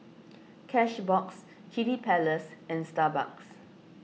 Cashbox Kiddy Palace and Starbucks